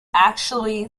actually